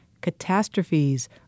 Catastrophes